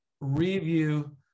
Review